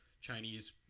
Chinese